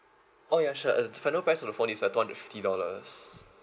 oh ya sure uh final price of the phone is uh two hundred fifty dollars